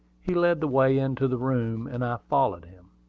he led the way into the room, and i followed him.